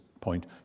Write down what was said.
point